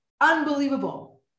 unbelievable